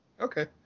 okay